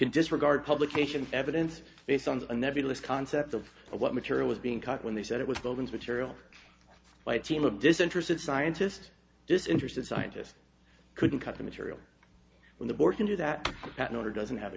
just regard publication evidence based on a nebulous concept of what material is being cut when they said it was buildings which ariel by a team of disinterested scientists this interested scientists couldn't cut the material when the board can do that in order doesn't have a